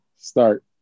Start